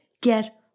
get